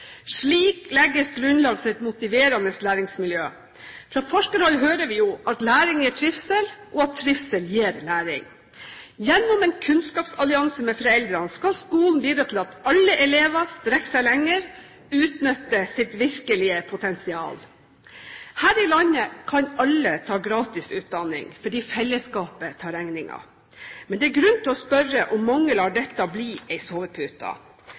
Slik legges grunnlag for et motiverende læringsmiljø. Fra forskerhold hører vi jo at læring gir trivsel, og at trivsel gir læring. Gjennom en kunnskapsallianse med foreldrene skal skolen bidra til at alle elever strekker seg lenger, utnytter sitt virkelige potensial. Her i landet kan alle ta gratis utdanning, fordi fellesskapet tar regningen. Men det er grunn til å spørre om ikke mange lar dette bli en sovepute.